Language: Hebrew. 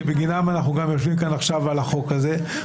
שבגינם אנחנו גם יושבים כאן עכשיו על החוק הזה,